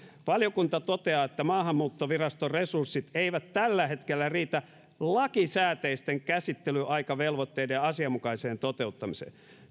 valiokunta toteaa että maahanmuuttoviraston resurssit eivät tällä hetkellä riitä lakisääteisten käsittelyaikavelvoitteiden asianmukaiseen toteuttamiseen tämä